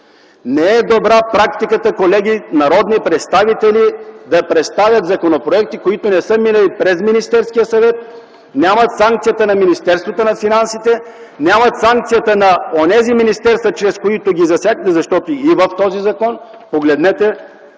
Не е добра практика, колеги, народни представители да представят законопроекти, които не са минали през Министерския съвет, нямат санкцията на Министерството на финансите, нямат санкцията на онези министерства, които ги засяга. Защото и в този закон, погледнете